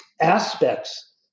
aspects